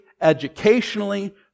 educationally